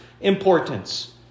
importance